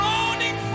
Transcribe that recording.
Morning